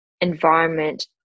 environment